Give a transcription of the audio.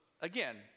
again